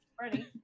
Ready